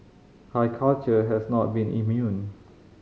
high culture has not been immune